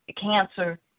cancer